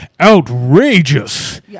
outrageous